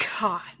God